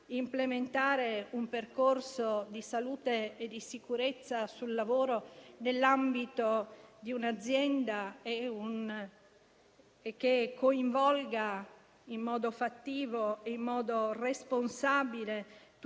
implementare un percorso di salute e di sicurezza sul lavoro nell'ambito di un'azienda, che coinvolga in modo fattivo e in modo responsabile tutti